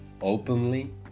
openly